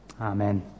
Amen